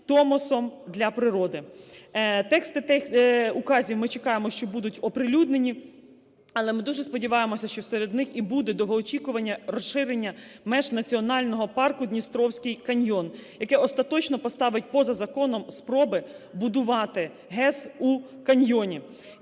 Тексти указів ми чекаємо, що будуть оприлюднені, але ми дуже сподіваємося, що серед них і буде довгоочікуване розширення меж Національного парку "Дністровський каньйон", яке остаточно поставить поза законом спроби будувати ГЕС у каньйоні.